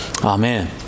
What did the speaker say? Amen